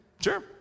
Sure